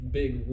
big